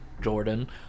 Jordan